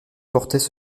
portaient